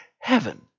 heaven